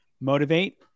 motivate